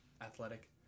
athletic